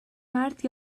mart